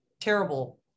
terrible